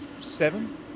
seven